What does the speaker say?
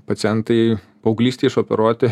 pacientai paauglystėj operuoti